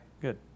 Good